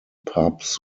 pubs